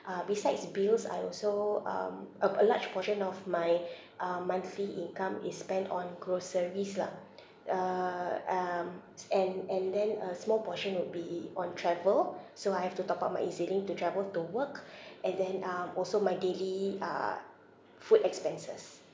uh besides bills I also um uh p~ a large portion of my uh monthly income is spent on groceries lah uh um and and then a small portion would be on travel so I have to top up my E_Z link to travel to work and then um also my daily uh food expenses